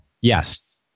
Yes